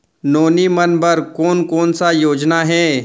नोनी मन बर कोन कोन स योजना हे?